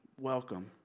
welcome